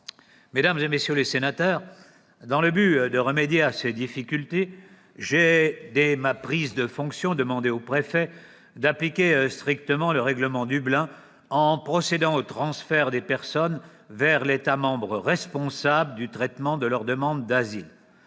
doit être respectée. Afin de remédier à ces difficultés, j'ai, dès ma prise de fonctions, demandé aux préfets d'appliquer strictement le règlement Dublin en procédant au transfert des personnes vers l'État membre responsable du traitement de leur demande d'asile.